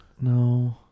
No